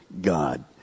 God